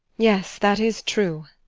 yes, that is true.